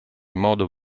modo